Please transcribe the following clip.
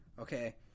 okay